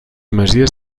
masies